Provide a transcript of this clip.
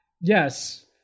yes